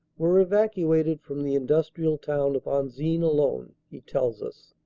were evacuated from the industrial town of anzin alone, he tells us,